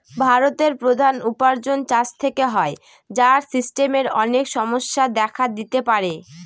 ভারতের প্রধান উপার্জন চাষ থেকে হয়, যার সিস্টেমের অনেক সমস্যা দেখা দিতে পারে